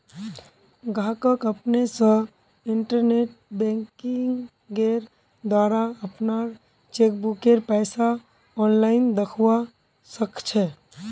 गाहक अपने स इंटरनेट बैंकिंगेंर द्वारा अपनार चेकबुकेर पैसा आनलाईन दखवा सखछे